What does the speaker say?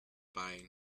bind